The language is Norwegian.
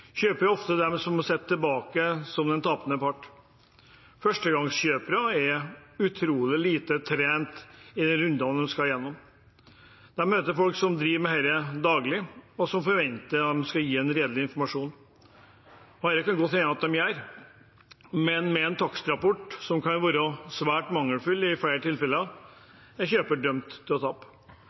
som den tapende part. Førstegangskjøpere er utrolig lite trent i rundene de skal gjennom. De møter folk som driver med dette til daglig, og som de forventer at skal gi dem redelig informasjon. Det kan det godt hende at de gjør, men med en takstrapport, som i flere tilfeller har vært svært mangelfull, er kjøper dømt til å tape.